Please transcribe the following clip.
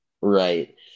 Right